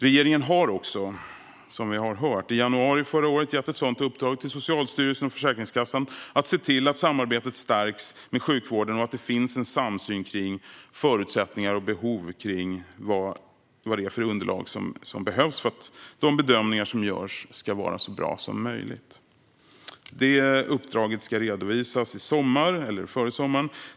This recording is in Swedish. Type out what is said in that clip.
Regeringen gav också, i januari förra året, ett uppdrag till Socialstyrelsen och Försäkringskassan att se till att samarbetet stärks med sjukvården och att det finns en samsyn om vilka förutsättningar och underlag som behövs för att de bedömningar som görs ska vara så bra som möjligt. Det uppdraget ska redovisas före sommaren.